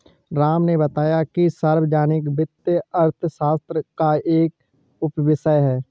राम ने बताया कि सार्वजनिक वित्त अर्थशास्त्र का एक उपविषय है